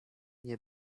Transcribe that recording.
nie